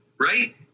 right